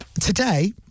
Today